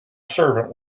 servant